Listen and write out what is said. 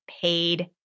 paid